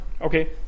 Okay